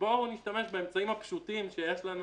ובוא נשתמש באמצעים הפשוטים שיש לנו